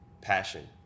passion